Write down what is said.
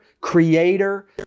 creator